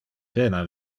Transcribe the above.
pena